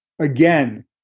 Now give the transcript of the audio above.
again